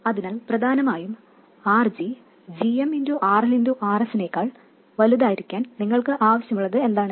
അതിനാൽ പ്രധാനമായും RG gm RL Rs നേക്കാൾ വലുതായിരിക്കാൻ നിങ്ങൾക്ക് ആവശ്യമുള്ളത് എന്താണ്